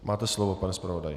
Máte slovo, pane zpravodaji.